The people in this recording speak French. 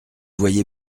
voyez